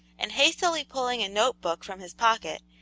and hastily pulling a note-book from his pocket,